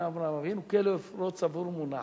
אברהם אבינו כאילו אפרו צבור ומונח,